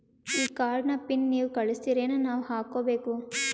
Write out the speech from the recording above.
ಈ ಕಾರ್ಡ್ ನ ಪಿನ್ ನೀವ ಕಳಸ್ತಿರೇನ ನಾವಾ ಹಾಕ್ಕೊ ಬೇಕು?